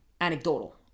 anecdotal